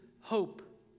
hope